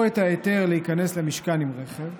או את ההיתר להיכנס למשכן עם רכב,